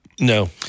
No